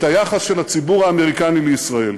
את היחס של הציבור האמריקני לישראל.